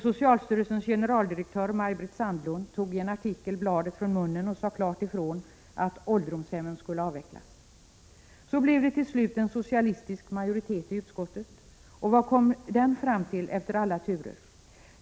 Socialstyrelsens generaldirektör Maj-Britt Sandlund tog i en artikel bladet från munnen och sade klart ifrån att ålderdomshemmen skulle avvecklas. Så blev det till slut en socialistisk majoritet i utskottet. Och vad kom den fram till efter alla turer?